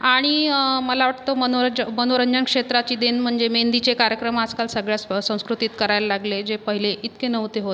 आणि मला वाटतं तो मनोरज्ज तो मनोरंजन क्षेत्राची देण म्हणजे मेंदीचे कार्यक्रम आजकाल सगळ्याच प्र संस्कृतीत करायला लागले जे पहिले इतके नव्हते होत